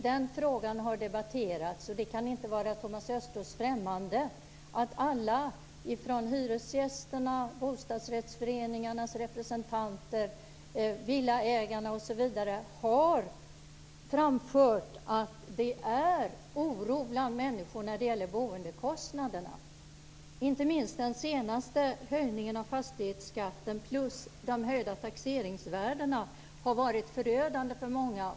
Den frågan har debatterats, och det kan inte vara Thomas Östros främmande att alla, hyresgästerna, bostadsrättsföreningarnas representanter, villaägarna osv., har framfört att det finns oro bland människor när det gäller boendekostnaderna. Inte minst den senaste höjningen av fastighetsskatten plus de höjda taxeringsvärdena har varit förödande för många.